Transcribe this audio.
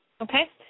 Okay